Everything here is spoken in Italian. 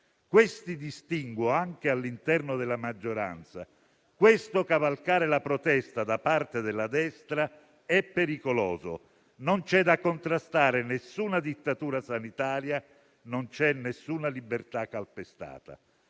Questi distinguo, anche all'interno della maggioranza, questo cavalcare la protesta da parte della destra, sono pericolosi. Non c'è da contrastare nessuna dittatura sanitaria; non c'è nessuna libertà calpestata.